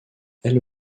elle